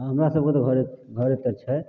हमरा सबके तऽ घरे घरेपर छै